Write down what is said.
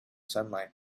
sunlight